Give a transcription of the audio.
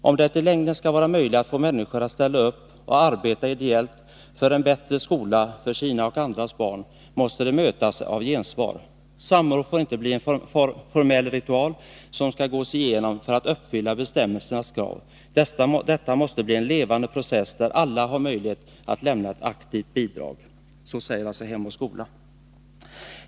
Om det i längden skall vara möjligt att få människor att ställa upp och arbeta ideellt för en bättre skola för sina och andras barn, måste de mötas av gensvar. Samråd får inte bli en formell ritual, som skall gås igenom för att uppfylla bestämmelsernas krav. Detta måste bli en levande process, där alla har möjlighet att lämna ett aktivt bidrag.